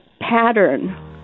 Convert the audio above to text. pattern